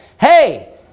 Hey